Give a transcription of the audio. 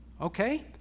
Okay